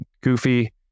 goofy